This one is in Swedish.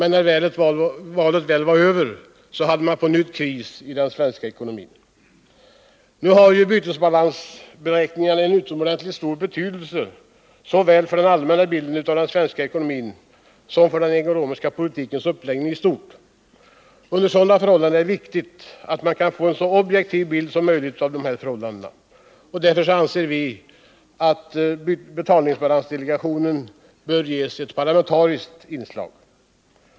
När valet väl var över var det på nytt kris i den svenska ekonomin. Bytesbalansberäkningarna har ju en utomordentligt stor betydelse såväl för den allmänna bilden av den svenska ekonomin som för den ekonomiska politikens uppläggning i stort. Under sådana förhållanden är det viktigt att man kan få en så objektiv bild som möjligt av dessa förhållanden. Därför anser vi att betalningsbalansdelegationen bör ges ett parlamentariskt inslag.